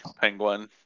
Penguin